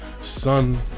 son